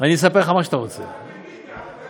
אני רוצה סיפור חיים, אני אספר לך מה שאתה רוצה.